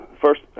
first